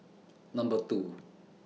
Number two